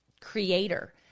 creator